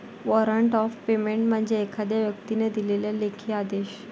warrant of payment म्हणजे एखाद्या व्यक्तीने दिलेला लेखी आदेश